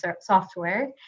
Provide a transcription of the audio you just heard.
software